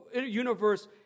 universe